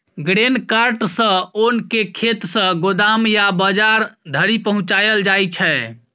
grain cart सँ ओन केँ खेत सँ गोदाम या बजार धरि पहुँचाएल जाइ छै